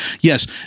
Yes